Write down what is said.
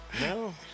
No